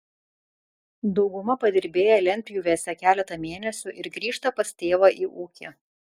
dauguma padirbėja lentpjūvėse keletą mėnesių ir grįžta pas tėvą į ūkį